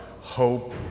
hope